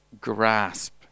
grasp